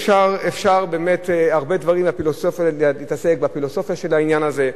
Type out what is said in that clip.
אפשר להתעסק בפילוסופיה של העניין הזה,